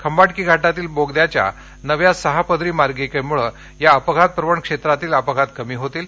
खंबाटकी घाटातील बोगद्याच्या नव्या सहा पदरी मार्गिकेमुळे या अपघात प्रवणक्षेत्रातील अपघात कमी होतील